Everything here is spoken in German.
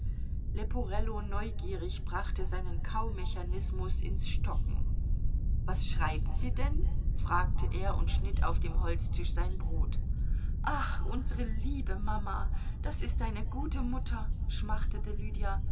leporello neugierig brachte seinen kaumechanismus ins stocken was schreibt se denn fragte er und schnitt auf dem holztisch sein brot ach unsre liebe mama das ist eine gute mutter schmachtete lydia